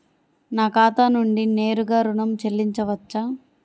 నా ఖాతా నుండి నేరుగా ఋణం చెల్లించవచ్చా?